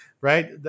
Right